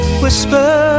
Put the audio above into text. whisper